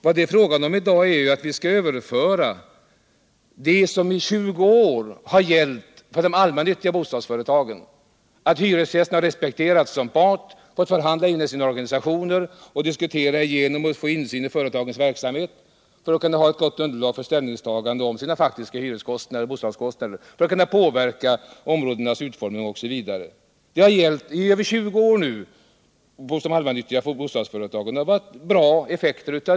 Vad det är fråga om i dag är att vi skall frångå det som i 20 år har gällt för de allmännyttiga bostadsföretagen: att hyresgästerna respekteras som part, får förhandla genom sina organisationer, får diskutera igenom och ha insyn i - Nr 158 företagens verksamhet för att få ett gott underlag för ställningstaganden i Måndagen den fråga om sina faktiska hyres eller bostadskostnader, för att kunna påverka 29 maj 1978 områdenas utformning osv. Detta har alltså nu gällt i över 20 år för de ullmännyttiga bostadsföretagen. och det har haft goda effekter.